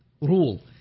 rule